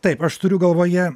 taip aš turiu galvoje